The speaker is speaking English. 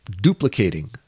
duplicating